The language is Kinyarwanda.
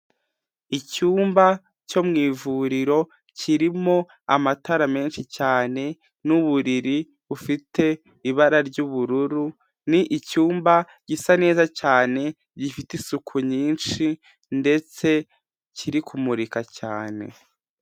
Icyumba cyo mu ivuriro kirimo amatara menshi cyane n'uburiri bufite ibara ry'ubururu ni icyumba gisa neza cyane gifite isuku nyinshi ndetse kiri kumurika cyane.